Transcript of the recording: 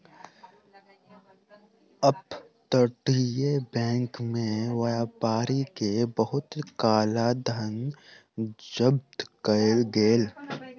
up तटीय bank में व्यापारी के बहुत काला धन जब्त कएल गेल